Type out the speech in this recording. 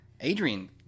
Adrian